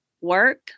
work